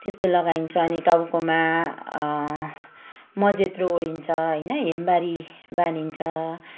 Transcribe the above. त्यस्तो लगाइन्छ अनि टाउकोमा मजेत्रो ओडिन्छ होइन हेम्बारी बानिन्छ